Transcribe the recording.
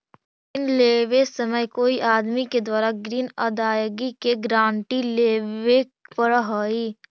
ऋण लेवे समय कोई आदमी के द्वारा ग्रीन अदायगी के गारंटी लेवे पड़ऽ हई